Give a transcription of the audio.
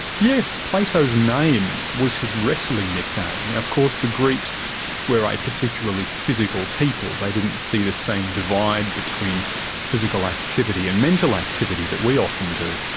yes, plato's name was his wrestling nickname. now, of course, the greeks were a particularly physical people they didn't see the same divide between physical activity and mental activity that we often do.